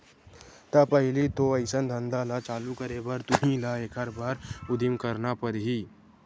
त पहिली तो अइसन धंधा ल चालू करे बर तुही ल एखर बर उदिम करना परही